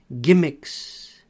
gimmicks